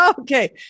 Okay